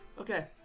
Okay